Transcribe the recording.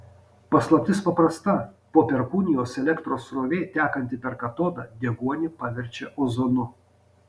paslaptis paprasta po perkūnijos elektros srovė tekanti per katodą deguonį paverčia ozonu